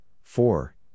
four